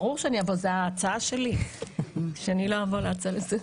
ברור שאבוא, זאת ההצעה שלי, שלא אבוא להצעה שלי?